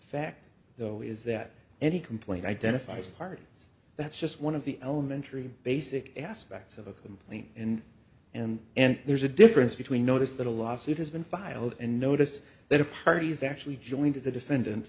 fact though is that any complaint identifies a party that's just one of the elementary basic aspects of a complaint and and and there's a difference between notice that a lawsuit has been filed and notice that the parties actually joined as a defendant